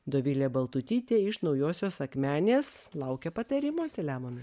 dovilė baltutytė iš naujosios akmenės laukia patarimo selemonai